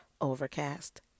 Overcast